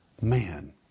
man